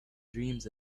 dreams